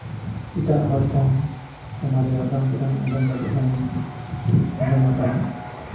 ᱮᱴᱟᱜ ᱦᱚᱲᱴᱷᱮᱱ ᱥᱮ ᱢᱟᱨᱮ ᱦᱟᱯᱲᱟᱢ ᱠᱚᱴᱷᱮᱱ ᱟᱸᱡᱚᱢ ᱠᱟᱛᱮᱧ ᱡᱟᱦᱟᱧ ᱟᱸᱡᱚᱢ ᱟᱠᱟᱫᱟ